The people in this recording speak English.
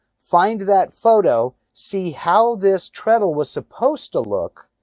find that photo, see how this treadle was supposed to look.